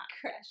crash